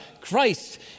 Christ